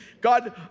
God